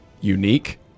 unique